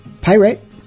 Pirate